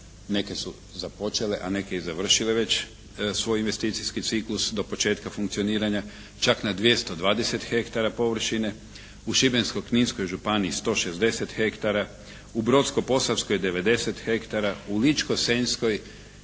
Neke su započele a neke i završile već svoj investicijski ciklus do početka funkcioniranja, čak na 220 hektara površine, u Šibensko-kninskoj županiji 160 hektara, u Brodsko-posavskoj 90 hektara, u Ličko-senjskoj